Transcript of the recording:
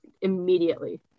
immediately